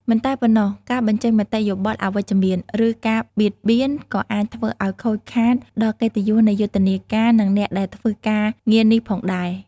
មិនតែប៉ុណ្ណោះ ការបញ្ចេញមតិយោបល់អវិជ្ជមាន ឬការបៀតបៀនក៏អាចធ្វើឲ្យខូចខាតដល់កិត្តិយសនៃយុទ្ធនាការ និងអ្នកដែលធ្វើការងារនេះផងដែរ។